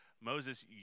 Moses